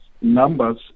numbers